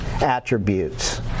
attributes